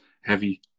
heavy